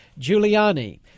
Giuliani